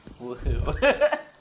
Woohoo